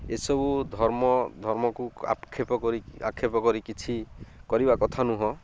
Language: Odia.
ଏସବୁ ଧର୍ମ ଧର୍ମକୁ ଆକ୍ଷେପ କରି ଆକ୍ଷେପ କରି କିଛି କରିବା କଥା ନୁହେଁ